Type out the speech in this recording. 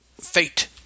Fate